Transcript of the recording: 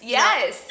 yes